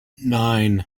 nine